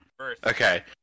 Okay